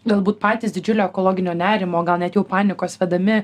galbūt patys didžiulio ekologinio nerimo gal net jau panikos vedami